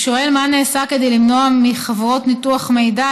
הוא שואל: מה נעשה כדי למנוע מחברות ניתוח מידע